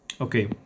Okay